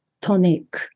tonic